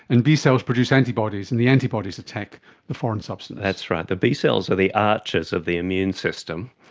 and b cells produce antibodies and the antibodies attack the foreign substance. that's right, the b cells are the archers of the immune system.